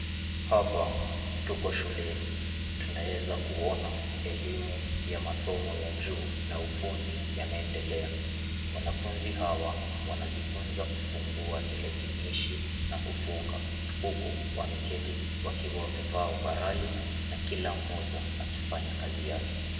Hapa tuko shuleni. Tunaweza kuona elimu ya masomo ya juu na ufundi yanaendelea. Wanafunzi hawa wanajifunza kufungua telekinishi na kufunga, huku wameketi wakiwa wamevaa ovarali na kila mmoja akifanya kazi yake.